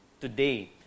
today